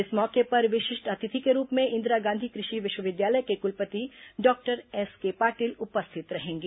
इस मौके पर विशिष्ट अतिथि के रूप में इंदिरा गांधी कृषि विश्वविद्यालय के कुलपति डॉक्टर एसके पाटील उपस्थित रहेंगे